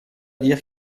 dire